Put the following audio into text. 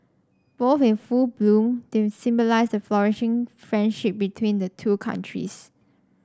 both in full bloom they symbolise the flourishing friendship between the two countries